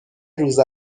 روز